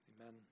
amen